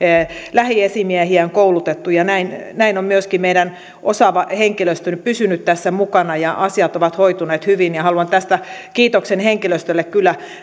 lähiesimiehiä on koulutettu näin näin on myöskin meidän osaava henkilöstö pysynyt tässä mukana ja asiat ovat hoituneet hyvin ja haluan kiitoksen henkilöstölle kyllä